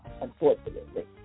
unfortunately